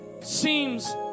seems